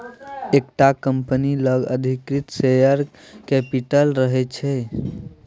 एकटा कंपनी लग अधिकृत शेयर कैपिटल रहय छै